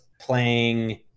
playing